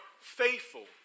faithful